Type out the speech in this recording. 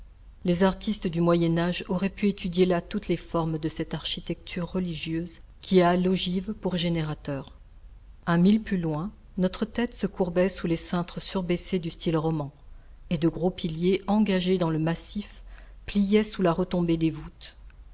les artistes du moyen âge auraient pu étudier là toutes les formes de cette architecture religieuse qui a l'ogive pour générateur un mille plus loin notre tête se courbait sous les cintres surbaissés du style roman et de gros piliers engagés dans le massif pliaient sous la retombée des voûtes